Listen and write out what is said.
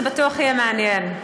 זה בטוח יהיה מעניין.